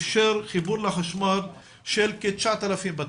אפשר חיבור לחשמל של 9,000 בתים,